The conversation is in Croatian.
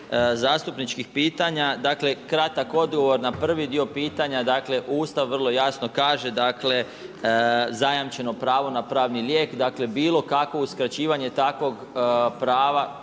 zastupničkih pitanja. Dakle kratak odgovor na prvi dio pitanja, dakle Ustav vrlo jasno kaže dakle zajamčeno pravo na pravni lijek, dakle bilo kakvo uskraćivanje takvog prava